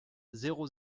zéro